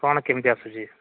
କ'ଣ କେମିତି ଆସୁଛି